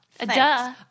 Duh